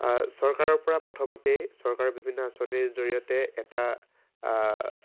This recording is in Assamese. চৰকাৰৰ পৰা প্ৰথমতেই চৰকাৰে বিভিন্ন আঁচনিৰ জৰিয়তে এটা